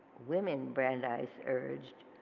women, brandeis urged,